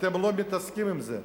אתם לא מתעסקים עם זה.